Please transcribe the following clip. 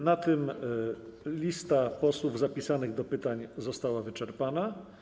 Na tym lista posłów zapisanych do pytań została wyczerpana.